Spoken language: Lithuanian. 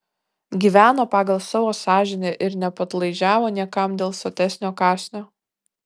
gyveno pagal savo sąžinę ir nepadlaižiavo niekam dėl sotesnio kąsnio